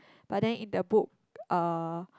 but then in the book uh